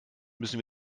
müssen